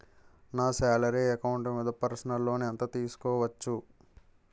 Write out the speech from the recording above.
నా salary account మీద personal loan ఎంత తీసుకోవచ్చు?